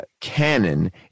canon